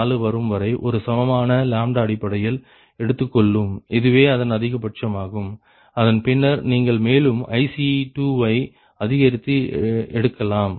4 வரும்வரை ஒரு சமமான அடிப்படையில் எடுத்துக்கொள்ளும் அதுவே அதன் அதிகபட்சமாகும் அதன் பின்னர் நீங்கள் மேலும் IC2வை அதிகரித்து எடுக்கலாம்